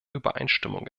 übereinstimmung